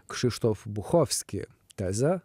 kšištof bukovski tezę